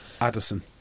Addison